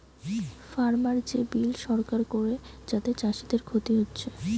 farmer যে bill সরকার করে যাতে চাষীদের ক্ষতি হচ্ছে